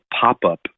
pop-up